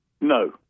No